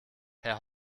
herr